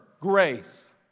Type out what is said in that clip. grace